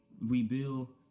rebuild